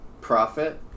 profit